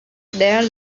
there